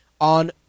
on